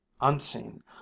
unseen